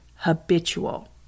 habitual